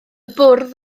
bwrdd